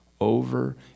over